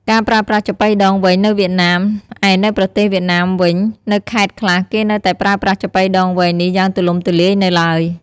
ការប្រើប្រាស់ចាប៉ីដងវែងនៅវៀតណាម ឯនៅប្រទេសវៀតណាមវិញ នៅខេត្តខ្លះគេនៅតែប្រើប្រាស់ចាប៉ីដងវែងនេះយ៉ាងទូលំទូលាយនៅឡើយ។